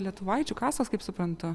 lietuvaičių kasos kaip suprantu